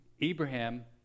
Abraham